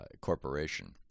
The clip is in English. corporation